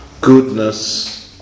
Goodness